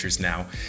now